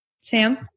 Sam